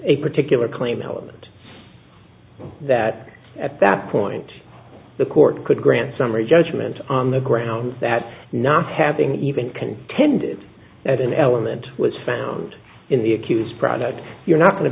a particular claim element that at that point the court could grant summary judgment on the grounds that not having even contended that an element was found in the accused product you're not going to